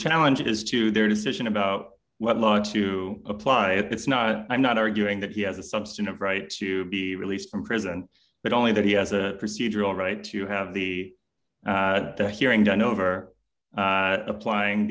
challenge is to their decision about what not to apply and it's not i'm not arguing that he has a substantive right to be released from prison but only that he has a procedural right to have the the hearing done over applying